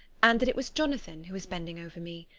and that it was jonathan who was bending over me.